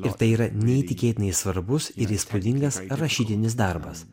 ir tai yra neįtikėtinai svarbus ir įspūdingas rašytinis darbas